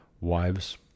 wives